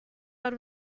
out